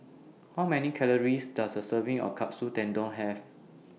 How Many Calories Does A Serving of Katsu Tendon Have